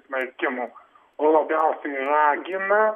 smerkimo o labiausiai ragina